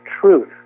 truth